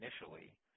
initially